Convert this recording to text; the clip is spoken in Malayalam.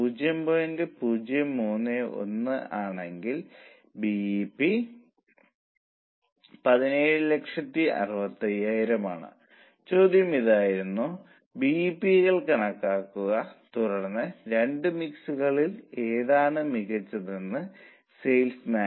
കമ്പനിയുടെ മൊത്തം വിൽപ്പന പോലും ഉയരുകയാണ് തൊഴിലാളികൾക്ക് കൂടുതൽ പണം ലഭിക്കുന്നതിനാൽ അവർക്ക് സന്തോഷമുണ്ട്